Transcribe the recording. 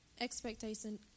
Expectation